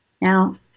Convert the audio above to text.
Now